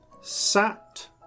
sat